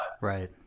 Right